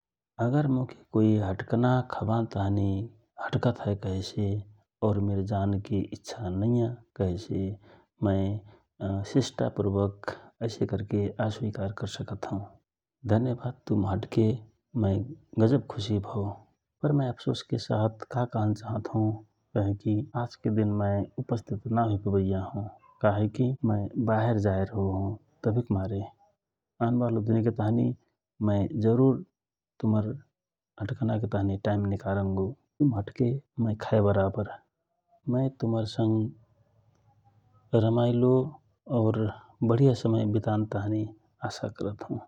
अगर मोके कोइ हटकना खवानताँहि हटकट हए कहे से और मिर जान इच्छा नइया कहेसे मय सिस्टापुर्वक ऐसे करके आ स्विकार कर सकत हौ धन्यवाद तुम हटके मय गजब खुशि भव पर मय अवसोस के साथ का कहन चाहत हौ कहेकि आज के दिन मय उपस्थित न हुइपबैया हौ कहेकि मय बाहेर जान डटो हौ । तभिक मारे आन बालो दिनके ताँहि मय जरूर हटकनक ताँहि समय निकरंगो तुम हटके मय खाए बराबर मय तुमर संग रमएलो और बढिया समय वितान ताँहि आशा करत हौ ।